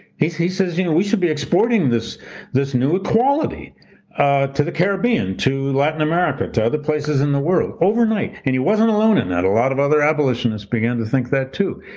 he he says you know we should be exporting this this new equality ah to the caribbean, to latin america, to other places in the world, overnight, and he wasn't alone in that. a lot of other abolitionists began to think that too.